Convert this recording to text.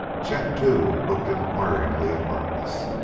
chet, too, looked inquiringly at harkness.